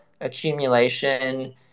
accumulation